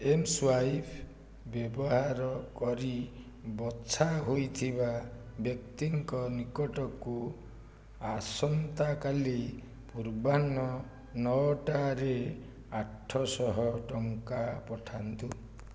M swipe ବ୍ୟବହାର କରି ବଛା ହୋଇଥିବା ବ୍ୟକ୍ତିଙ୍କ ନିକଟକୁ ଆସନ୍ତାକାଲି ପୂର୍ବାହ୍ନ ନଅଟାରେ ଆଠଶହ ଟଙ୍କା ପଠାନ୍ତୁ